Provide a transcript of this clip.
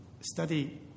study